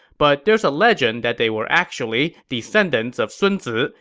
but there's a legend that they were actually descendants of sun zi,